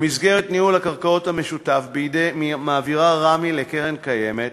במסגרת ניהול הקרקעות המשותף מעבירה רמ"י לקרן הקיימת